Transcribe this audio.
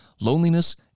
loneliness